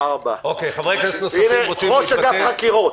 הנה, ראש אגף חקירות.